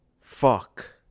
Fuck